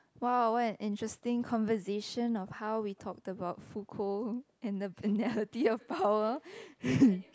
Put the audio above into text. !wow! what an interesting conversation of how we talked about food and the penalty of power